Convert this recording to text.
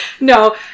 No